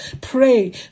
Pray